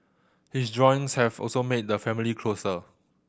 his drawings have also made the family closer